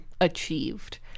achieved